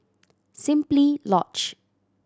Simply Lodge